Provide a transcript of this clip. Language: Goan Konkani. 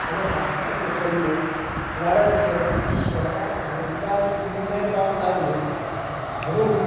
ताणें हातपांय पसरले वाडत गेले आनी शहरांक रोजगार संद्यो मेळपाक लागल्यो म्हणून